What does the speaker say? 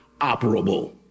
operable